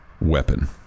weapon